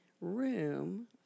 room